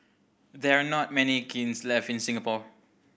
there are not many kilns left in Singapore